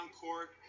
court